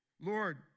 Lord